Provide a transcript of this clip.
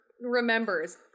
remembers